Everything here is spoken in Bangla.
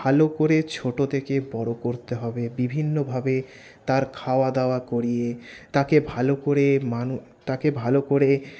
ভালো করে ছোট থেকে বড় করতে হবে বিভিন্নভাবে তার খাওয়া দাওয়া করিয়ে তাকে ভালো করে মানুষ তাকে ভালো করে